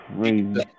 crazy